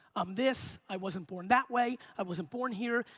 i'm this, i wasn't born that way, i wasn't born here,